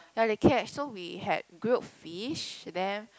ya they catch so we had grilled fish and then